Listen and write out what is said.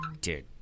dude